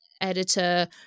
editor